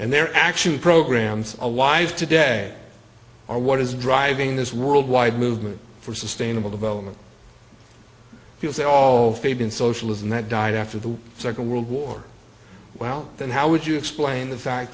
and their action programs alive today are what is driving this worldwide movement for sustainable development because they all fade in socialism that died after the second world war well then how would you explain the fact